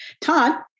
Todd